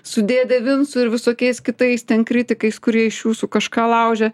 su dėde vincu ir visokiais kitais ten kritikais kurie iš jūsų kažką laužia